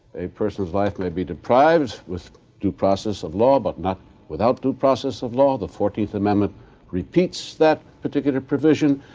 a person's life may be deprived with due process of law but not without due process of law. the fourteenth amendment repeats that particular provision,